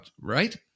right